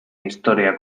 historia